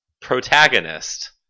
protagonist